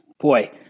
boy